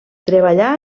treballà